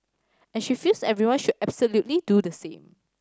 and she feels everyone should absolutely do the same